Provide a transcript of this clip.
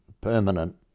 permanent